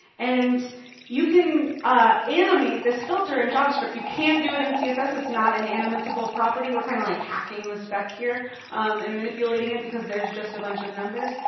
and you can ah animate this filter in javascript. you can't do it in css. it's not an animatable property. we're kind of like hacking the spec here and manipulating it, because there's just a bunch of numbers.